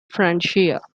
francia